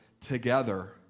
together